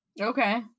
okay